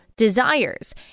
desires